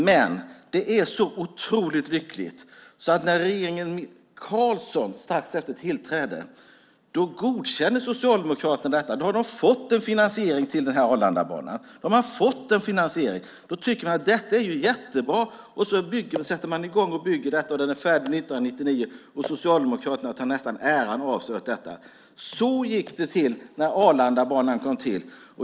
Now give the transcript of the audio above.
Men det är så lyckligt att när regeringen Carlsson strax därefter tillträder godkänner Socialdemokraterna detta. Då har de fått en finansiering till Arlandabanan. Då tycker man att detta är jättebra, och så sätter man i gång och bygger. 1999 är den färdig, och Socialdemokraterna tar nästan åt sig äran av detta. Så gick det till när Arlandabanan kom till.